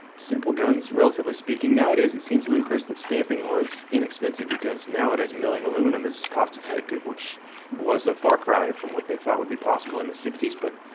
simple guns, relatively speaking, nowadays it seems ludacris that stamping was inexpensive, because nowadays milling aluminum is cost-effective which was a far cry from what they thought would be possible in the sixty s but,